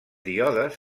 díodes